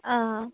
आ